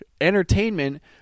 entertainment